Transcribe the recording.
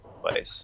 place